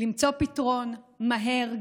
למצוא פתרון מהר.